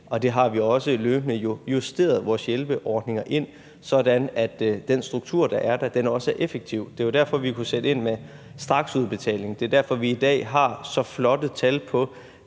vi har også løbende justeret vores hjælpeordninger, sådan at den struktur, der er der, også er effektiv. Det er derfor, vi kunne sætte ind med straksudbetaling, og det er derfor, vi i dag har så flotte tal på